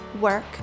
work